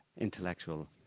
intellectual